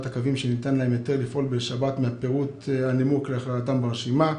הקווים שניתן להם היתר לפעול בשבת והנימוק להכללתם ברשימה.